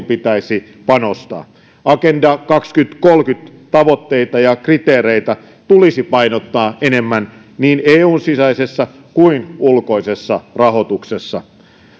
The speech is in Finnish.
pitäisi panostaa agenda kaksituhattakolmekymmentä tavoitteita ja kriteereitä tulisi painottaa enemmän niin eun sisäisessä kuin ulkoisessa rahoituksessa